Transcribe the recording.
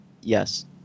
Yes